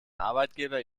arbeitgeber